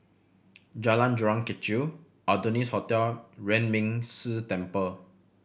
Jalan Jurong Kechil Adonis Hotel Yuan Ming Si Temple